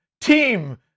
Team